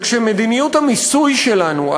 וכשמדיניות המיסוי שלנו,